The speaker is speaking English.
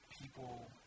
people